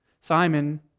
Simon